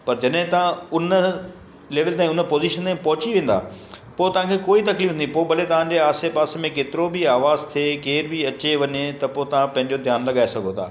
पर जॾहिं तव्हां हुन लेविल ताईं पोज़िशन ताईं पहुची वेंदा पोइ तव्हांखे कोई तकलीफ़ न ईंदी पोइ भले तव्हांजे आसे पासे में केतिरो बि आवाज़ु थिए केर बि अचे वञे त पोइ तव्हां पंहिंजो ध्यानु लॻाए सघो था